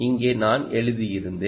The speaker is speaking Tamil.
இங்கே நான் எழுதியிருந்தேன்